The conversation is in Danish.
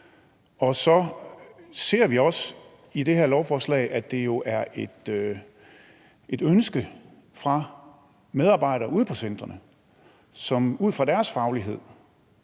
Så ser vi også i det her lovforslag, at det jo er et ønske fra medarbejdere ude på centrene, som ud fra deres faglighed